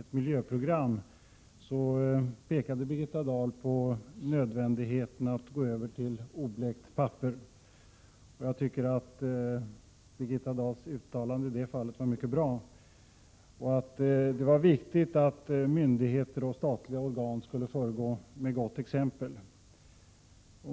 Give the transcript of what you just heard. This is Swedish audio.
ett miljöprogram, pekade Birgitta Dahl på nödvändigheten av att gå över till oblekt papper — jag tycker att Birgitta Dahls uttalande i det fallet var mycket bra — och att det var viktigt att myndigheter och statliga organ skulle föregå med gott exempel.